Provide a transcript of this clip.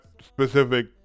specific